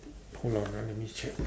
hold on ah let me check